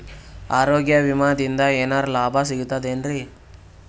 ಆರೋಗ್ಯ ವಿಮಾದಿಂದ ಏನರ್ ಲಾಭ ಸಿಗತದೇನ್ರಿ?